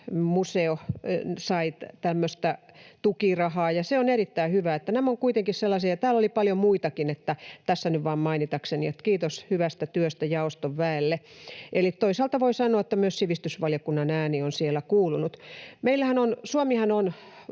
saivat tämmöistä tukirahaa, ja se on erittäin hyvä. Nämä ovat kuitenkin sellaisia. Täällä oli paljon muitakin, eli tässä nyt vain mainitakseni, eli kiitos hyvästä työstä jaoston väelle. Toisaalta voi sanoa, että myös sivistysvaliokunnan ääni on siellä kuulunut. Suomessahan on